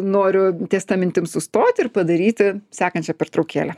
noriu ties ta mintim sustoti ir padaryti sekančią pertraukėlę